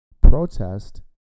protest